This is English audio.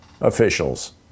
officials